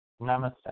Namaste